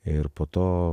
ir po to